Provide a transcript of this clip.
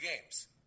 games